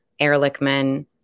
Ehrlichman